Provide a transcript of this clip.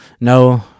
No